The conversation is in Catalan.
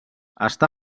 està